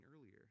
earlier